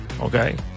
Okay